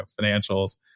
financials